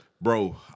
Bro